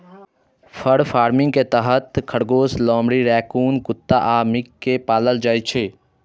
फर farming के तहत खरगोश, लोमड़ी, रैकून कुत्ता आ मिंक कें पालल जाइ छै